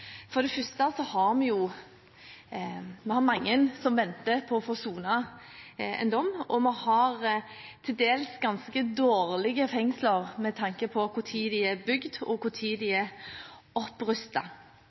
For det første har vi mange som venter på å få sone en dom, og vi har til dels ganske dårlige fengsler, med tanke på når de er bygd og når de er